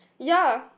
ya